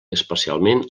especialment